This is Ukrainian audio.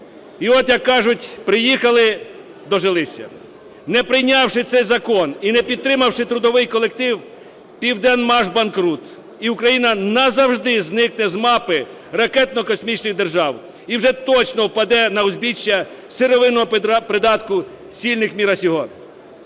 І от, як кажуть, приїхали, дожилися. Не прийнявши цей закон і не підтримавши трудовий колектив, "Південмаш" – банкрут, і Україна назавжди зникне з мапи ракетно-космічних держав і вже точно впаде на узбіччя сировинного придатку сильных мира сего.